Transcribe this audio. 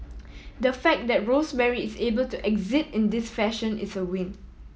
the fact that Rosemary is able to exit in this fashion is a win